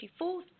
24th